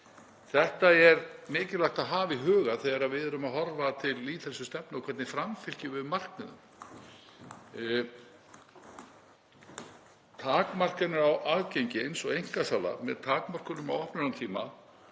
Þetta er mikilvægt að hafa í huga þegar við erum að horfa til lýðheilsustefnu og hvernig við framfylgjum markmiðum. Takmarkanir á aðgengi eins og einkasala, takmarkanir á opnunartíma